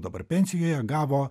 dabar pensijoje gavo